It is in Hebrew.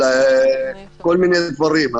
על כל מיני דברים.